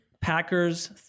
Packers